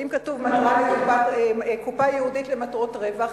ואם כתוב קופה ייעודית למטרות רווח,